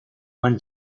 run